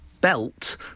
belt